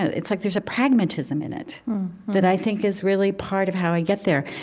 it's like there's a pragmatism in it that i think is really part of how i get there.